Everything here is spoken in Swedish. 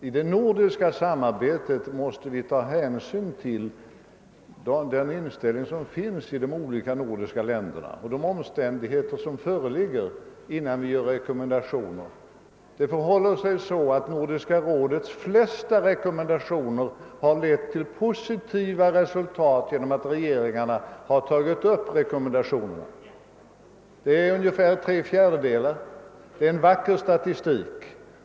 I det nordiska samarbetet måste vi ta hänsyn till den inställning och de omständigheter som föreligger i de olika nordiska länderna, innan vi gör några rekommendationer. De flesta av Nordiska rådets rekommendationer — ungefär tre fjärdedelar — har lett till positiva resultat genom att regeringarna tagit upp rekommendationerna. Det är en vacker statistik.